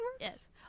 Yes